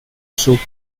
soup